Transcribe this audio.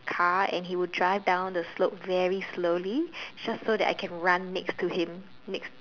car and he would drive down the slope very slowly just so I can run next to him next